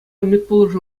медпулӑшу